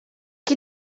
che